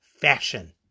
fashion